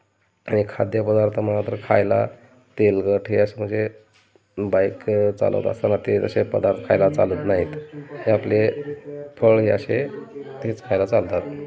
आणि खाद्यपदार्थ म्हणाल तर खायला तेलकट हे असं म्हणजे बाईक चालवत असताना ते जसे पदार्थ खायला चालत नाहीत हे आपले फळ हे असे तेच खायला चालतात